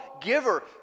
giver